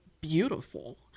beautiful